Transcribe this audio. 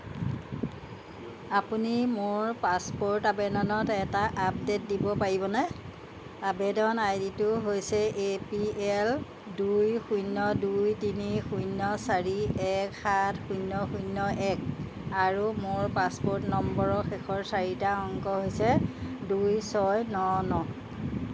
আপুনি মোৰ পাছপোৰ্ট আবেদনত এটা আপডেট দিব পাৰিবনে আৱেদন আই ডিটো হৈছে এ পি এল দুই শূন্য দুই তিনি শূন্য চাৰি এক সাত শূন্য শূন্য এক আৰু মোৰ পাছপোৰ্ট নম্বৰৰ শেষৰ চাৰিটা অংক হৈছে দুই ছয় ন ন